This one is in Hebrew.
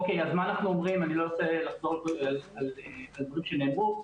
אני לא רוצה לחזור על דברים שנאמרו,